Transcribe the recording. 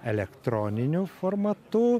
elektroniniu formatu